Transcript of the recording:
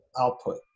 output